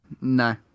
No